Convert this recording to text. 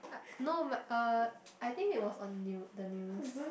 uh no m~ uh I think it was on new the news